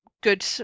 good